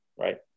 right